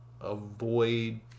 avoid